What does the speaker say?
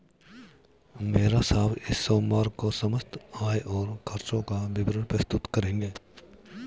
मेहरा साहब इस सोमवार को समस्त आय और खर्चों का विवरण प्रस्तुत करेंगे